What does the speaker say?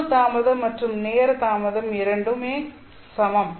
குழு தாமதம் மற்றும் நேர தாமதம் இரண்டும் சமம்